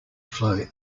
flow